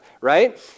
Right